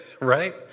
Right